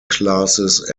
classes